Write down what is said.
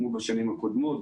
כמו בשנים הקודמות,